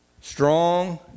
Strong